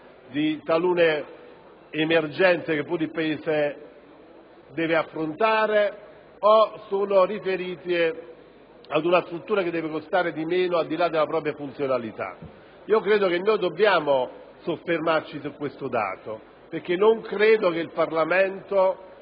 di talune emergenze che il Paese deve affrontare o ad una struttura che deve costare di meno, al di là della propria funzionalità? Credo che dobbiamo soffermarci su questo dato, perché non credo che il Parlamento